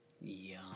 Yum